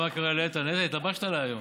איתן, התלבשת עליי היום.